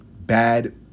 bad